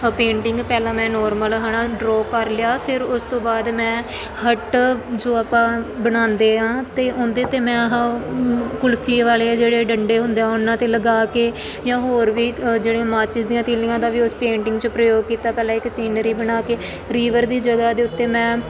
painting ਪਹਿਲਾਂ ਮੈਂ normal ਹੈ ਨਾ ਡਰੋਅ ਕਰ ਲਿਆ ਫਿਰ ਉਸ ਤੋਂ ਬਾਅਦ ਮੈਂ ਹੱਟ ਜੋ ਆਪਾਂ ਬਣਾਉਂਦੇ ਹਾਂ ਅਤੇ ਉਹਦੇ 'ਤੇ ਮੈਂ ਆਹ ਕੁਲਫੀ ਵਾਲੇ ਜਿਹੜੇ ਡੰਡੇ ਹੁੰਦੇ ਉਹਨਾਂ 'ਤੇ ਲਗਾ ਕੇ ਜਾਂ ਹੋਰ ਵੀ ਜਿਹੜੇ ਮਾਚਿਸ ਦੀਆਂ ਤਿਲੀਆਂ ਦਾ ਵੀ ਉਸ ਪੇਂਟਿੰਗ 'ਚ ਪ੍ਰਯੋਗ ਕੀਤਾ ਪਹਿਲਾਂ ਇੱਕ ਸੀਨਰੀ ਬਣਾ ਕੇ ਰਿਵਰ ਦੀ ਜਗ੍ਹਾ ਦੇ ਉੱਤੇ ਮੈਂ